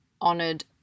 honored